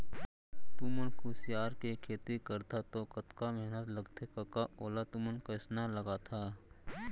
तुमन कुसियार के खेती करथा तौ कतका मेहनत लगथे कका ओला तुमन कइसना लगाथा